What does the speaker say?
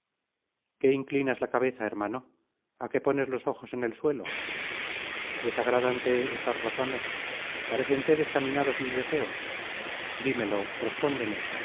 qué inclinas la cabeza hermano já qué pones los ojos en el suelo desagradante estas razones parécente descaminados mis deseos dímelo respóndeme